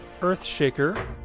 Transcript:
Earthshaker